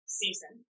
season